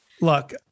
Look